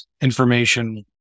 information